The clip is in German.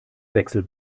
wechsel